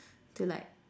to like